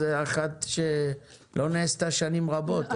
כן, אבל כמו שעכשיו, זה אחת שלא נעשתה שנים רבות.